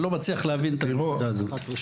אני לא מצליח להבין את הנקודה הזאת.